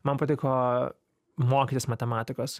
man patiko mokytis matematikos